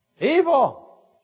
Evil